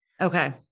Okay